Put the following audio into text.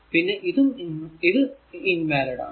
പിന്നെ ഇതും invalid ആണ്